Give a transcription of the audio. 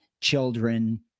Children